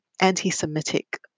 anti-Semitic